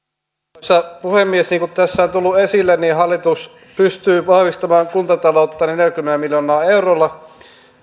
arvoisa puhemies niin kuin tässä on tullut esille hallitus pystyy vahvistamaan kuntataloutta neljälläkymmenellä miljoonalla eurolla